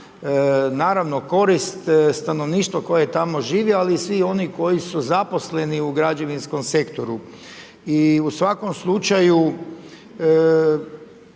naravno korist stanovništva koje tamo živi, ali svih onih koji su zaposleni u građevinskom sektoru. I u svakom slučaju